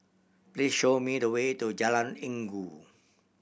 please show me the way to Jalan Inggu